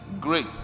great